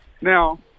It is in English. Now –